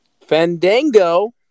Fandango